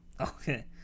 Okay